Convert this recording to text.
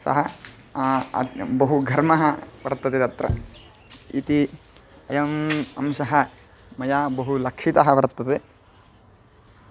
सः बहुघर्मः वर्तते तत्र इति अयम् अंशः मया बहु लक्षितः वर्तते